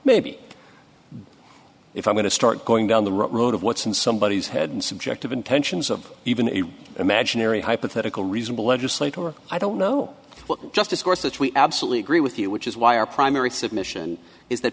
maybe if i'm going to start going down the road of what's in somebodies head and subjective intentions of even a imaginary hypothetical reasonable legislator i don't know what justice course which we absolutely agree with you which is why our primary submission is that